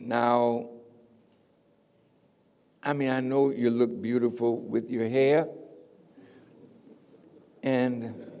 now i mean i know you look beautiful with your hair and